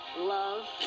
Love